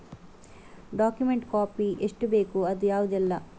Document copy ಎಷ್ಟು ಬೇಕು ಅದು ಯಾವುದೆಲ್ಲ?